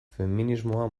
feminismoa